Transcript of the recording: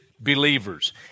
Believers